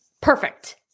Perfect